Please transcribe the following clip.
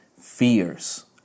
fears